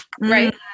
Right